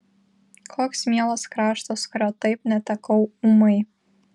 koks mielas kraštas kurio taip netekau ūmai